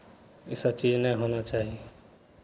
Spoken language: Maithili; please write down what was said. ईसभ चीज नहि होना चाही